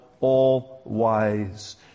All-wise